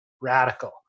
radical